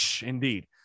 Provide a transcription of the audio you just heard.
Indeed